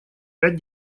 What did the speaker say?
пять